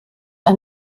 ein